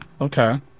Okay